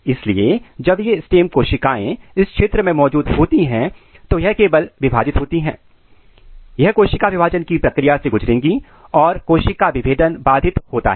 इसलिए जब ये स्टेम कोशिकाएं इस क्षेत्र में मौजूद होती हैं तो यह केवल विभाजित होती हैं यह कोशिका विभाजन की प्रक्रिया से गुजरेंगी और कोशिका विभेदन बाधित होता है